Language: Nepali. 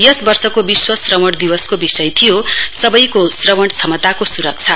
यस वर्षको विश्व श्रवण दिवसको विषय थियो सबैको श्रवण क्षमताको सुरक्षा